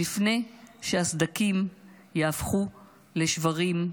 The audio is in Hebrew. לפני שהסדקים יהפכו לשברים,